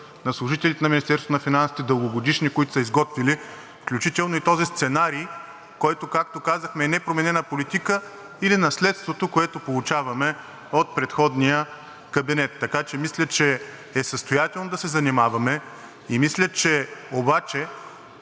на Министерството на финансите, които са изготвили включително и този сценарий, който, както казахме, е непроменена политика или наследството, което получаваме от предходния кабинет, така че мисля, че е състоятелно да се занимаваме. Мисля обаче,